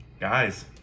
Guys